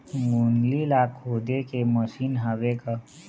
गोंदली ला खोदे के मशीन हावे का?